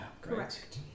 correct